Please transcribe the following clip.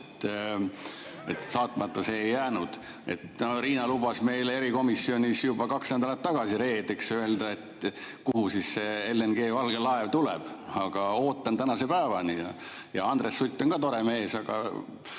saatmata see ei jäänud. Riina lubas meile erikomisjonis juba kaks nädalat tagasi reedeks öelda, kuhu LNG valge laev tuleb, aga ootan tänase päevani. Ja Andres Sutt on ka tore mees, aga